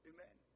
Amen